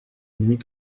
nuit